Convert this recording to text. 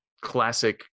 classic